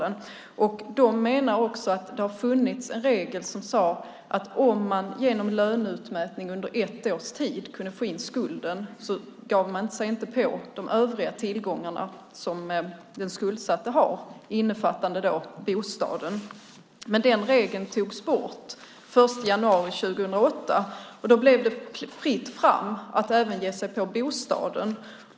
Kronofogdemyndigheten menar också att det har funnits en regel som innebar att om man genom löneutmätning under ett års tid kunde få in skulden gav man sig inte på de övriga tillgångar som den skuldsatte har, innefattande bostaden. Men den regeln togs bort den 1 januari 2008. Då blev det fritt fram att även ge sig på bostaden.